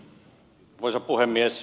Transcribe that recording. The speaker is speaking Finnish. arvoisa puhemies